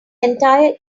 entire